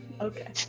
okay